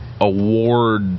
Award